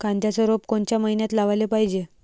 कांद्याचं रोप कोनच्या मइन्यात लावाले पायजे?